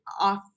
off